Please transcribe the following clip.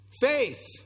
faith